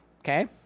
okay